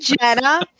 Jenna